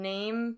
Name